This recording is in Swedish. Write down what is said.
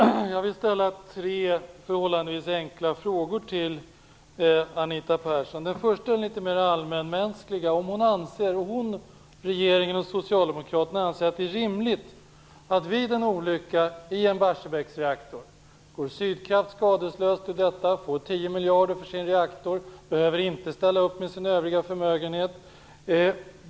Herr talman! Jag vill ställa tre förhållandevis enkla frågor till Anita Persson. Den första är litet mera allmänmänsklig. Anser Anita Persson, regeringen och socialdemokraterna att det är rimligt att Sydkraft vid en olycka i en Barsebäcksreaktor går skadeslöst och får 10 miljarder för sin reaktor och behöver inte ställa upp med sin övriga förmögenhet?